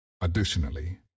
Additionally